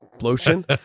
lotion